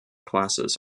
classes